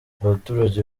abaturage